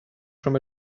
from